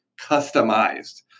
customized